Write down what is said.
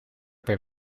per